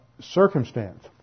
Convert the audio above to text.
circumstance